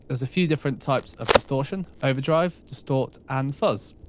there's a few different types of distortion overdrive, distort and fuzz.